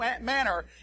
manner